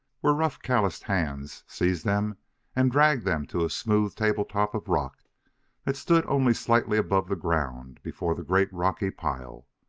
where rough, calloused hands seized them and dragged them to a smooth table-top of rock that stood only slightly above the ground before the great rocky pile.